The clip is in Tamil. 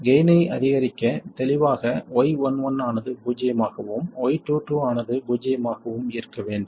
எனவே கெய்ன் ஐ அதிகரிக்க தெளிவாக y11 ஆனது பூஜ்ஜியமாகவும் y22 ஆனது பூஜ்ஜியமாகவும் இருக்க வேண்டும்